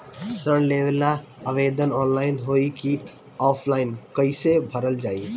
ऋण लेवेला आवेदन ऑनलाइन होई की ऑफलाइन कइसे भरल जाई?